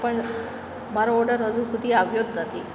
પણ મારો ઓડર હજુ સુધી આવ્યો જ નથી